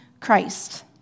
Christ